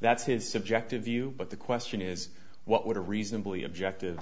that's his subjective view but the question is what would a reasonably objective